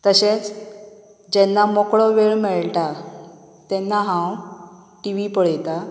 तशेंच जेन्ना मोकळो वेळ मेळटा तेन्ना हांव टी वी पळयता